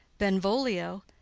benvolio,